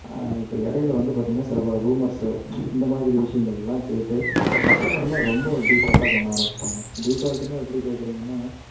இப்போ இடையில வந்து பார்த்திங்கனா சில பல ரூமர்ஸ்ஸு இந்த மாதிரி விஷயங்கள்லாம் கேட்டு கஸ்டமர்லாம் ரொம்ப டீஃபால்ட்டாக பண்ண ஆரம்மிச்சிட்டாங்க டீஃபால்ட்டுனா எப்படி கேக்கிறீங்கன்னா